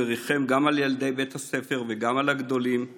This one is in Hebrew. וריחם גם על ילדי בית הספר וגם על הגדולים /